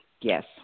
yes